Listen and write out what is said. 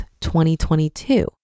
2022